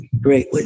Great